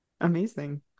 Amazing